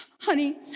Honey